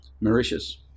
Mauritius